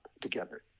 together